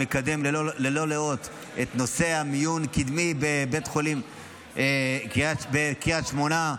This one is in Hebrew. שמקדם ללא לאות את נושא המיון הקדמי בקריית שמונה.